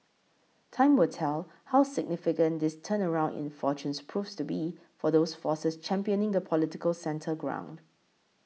time will tell how significant this turnaround in fortunes proves to be for those forces championing the political centre ground